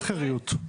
מאכעריות.